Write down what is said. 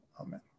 amen